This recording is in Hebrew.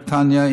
בריטניה,